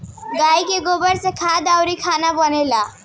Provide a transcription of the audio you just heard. गाइ के गोबर से खाद अउरी खाना बनेला